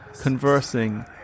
conversing